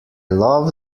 love